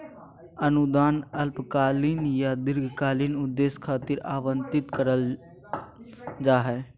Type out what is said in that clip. अनुदान अल्पकालिक या दीर्घकालिक उद्देश्य खातिर आवंतित करल जा हय